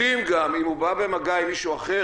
יודעים גם אם הוא בא במגע עם מישהו אחר.